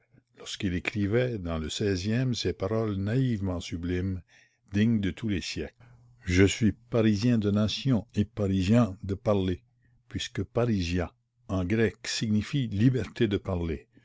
lorsqu'il écrivait dans le seizième ces paroles naïvement sublimes dignes de tous les siècles ie suis parisien de nation et parrhisian de parler puisque parrhisia en grec signifie liberté de parler